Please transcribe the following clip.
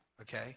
okay